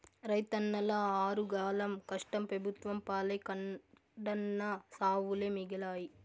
రైతన్నల ఆరుగాలం కష్టం పెబుత్వం పాలై కడన్నా సావులే మిగిలాయి